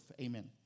Amen